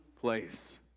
place